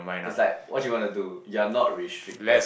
it's like what you want to do you are not restricted